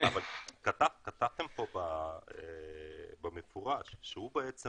אבל כתבתם פה במפורש שהוא בעצם